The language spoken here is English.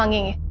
genie,